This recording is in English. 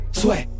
sweat